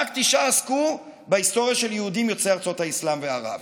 רק תשעה עסקו בהיסטוריה של יהודים יוצאי ארצות האסלאם וערב.